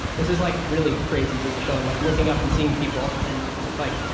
this is like really crazy doing the show, and like looking up and seeing people. and like